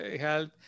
health